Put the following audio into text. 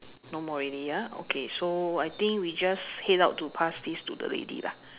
no more already ah okay so I think we just head out to pass this to the lady lah